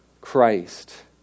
Christ